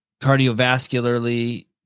cardiovascularly